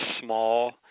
small